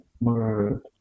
more